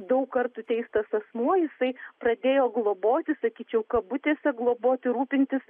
daug kartų teistas asmuo jisai pradėjo globoti sakyčiau kabutėse globoti rūpintis